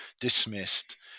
dismissed